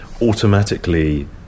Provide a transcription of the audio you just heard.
automatically